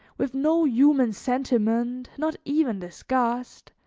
with no human sentiment, not even disgust,